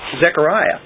Zechariah